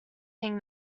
thing